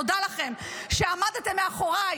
תודה לכם שעמדתם מאחוריי.